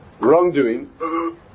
wrongdoing